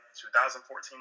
2014